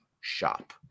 shop